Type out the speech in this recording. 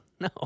No